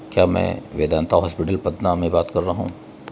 کیا میں ویدانتا ہاسپٹل پدنا میں بات کر رہا ہوں